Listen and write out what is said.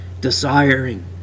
desiring